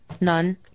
None